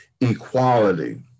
equality